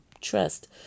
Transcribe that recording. trust